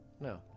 No